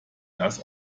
das